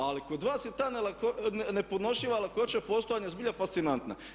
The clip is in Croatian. Ali kod vas je ta nepodnošljiva lakoća postojanja zbilja fascinantna.